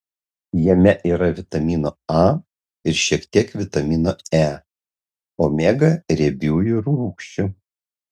jame yra vitamino a ir šiek tiek vitamino e omega riebiųjų rūgščių